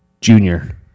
Junior